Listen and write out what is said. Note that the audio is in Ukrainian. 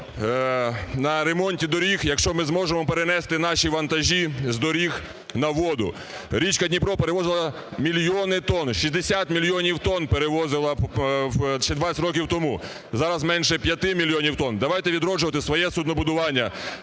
на ремонті доріг, якщо ми зможемо перенести наші вантажі з доріг на воду. Річка Дніпро перевозила мільйони тонн, 60 мільйонів тонн перевозила ще 20 років тому, зараз менше 5 мільйонів тонн. Давайте відроджувати своє суднобудування,